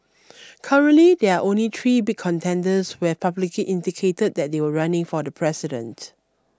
currently there are only three big contenders we've publicly indicated that they'll running for the president